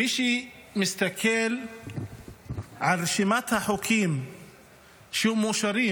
מי שמסתכל על רשימת החוקים שמאושרים